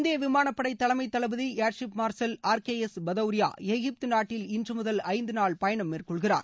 இந்திய விமானப்படை தலைமை தளபதி air chief marshal R K S Bhadauria Egypt நாட்டில் இன்று முதல் ஐந்து நாள் பயணம் மேற்கொள்கிறார்